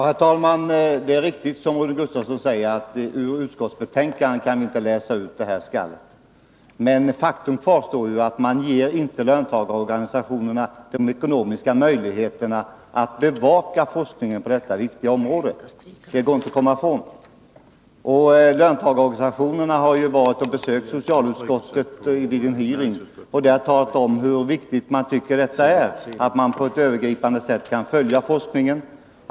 Herr talman! Det är riktigt, som Rune Gustavsson säger, att det ur utskottsbetänkandet inte kan läsas ut att det är ett skall mot löntagarorganisationerna, men faktum kvarstår att man inte ger löntagarorganisationerna de ekonomiska möjligheter som fordras för att bevaka forskningen på detta viktiga område — det går inte att komma ifrån. Löntagarorganisationerna har besökt socialutskottet vid en hearing och där talat om hur viktigt man tycker att det är att man på ett övergripande sätt kan följa forskningen.